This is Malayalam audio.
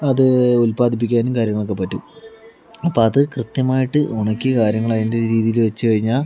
അത് ഉല്പാദിപ്പിക്കാനും കാര്യങ്ങളൊക്കെ പറ്റും അപ്പോൾ അത് കൃത്യമായിട്ട് ഉണക്കി കാര്യങ്ങൾ അതിൻ്റെ രീതിയിൽ വച്ച് കഴിഞ്ഞാൽ